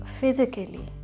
physically